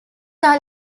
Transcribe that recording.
are